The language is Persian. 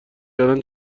کردن